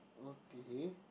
okay